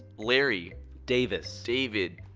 larry. davis. david.